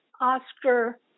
Oscar